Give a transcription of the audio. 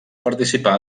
participar